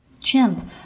Chimp